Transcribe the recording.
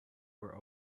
were